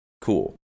Cool